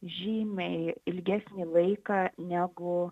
žymiai ilgesnį laiką negu